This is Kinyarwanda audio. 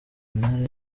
intara